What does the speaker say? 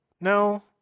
no